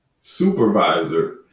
supervisor